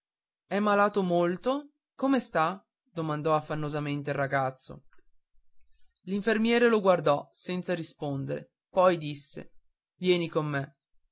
è malato molto come sta domandò affannosamente il ragazzo l'infermiere lo guardò senza rispondere poi disse vieni con me